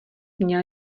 měl